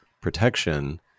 protection